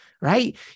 right